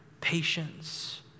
patience